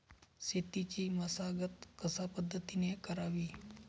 शेतीची मशागत कशापद्धतीने करावी?